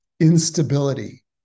instability